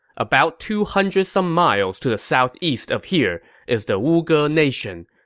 about two hundred some miles to the southeast of here is the wuge nation.